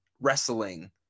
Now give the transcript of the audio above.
wrestling